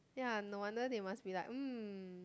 ya no wonder they must be like mm